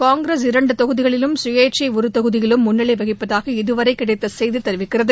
காங்கிரஸ் இரண்டு தொகுதிகளிலும் சுயேச்சை ஒரு தொகுதியிலும் முன்னிலை வகிப்பதாக இது வரை கிடைத்த செய்தி தெரிவிக்கிறது